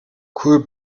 cool